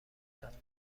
داد